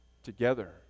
together